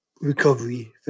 recovery